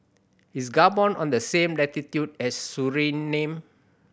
is Gabon on the same latitude as Suriname